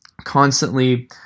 constantly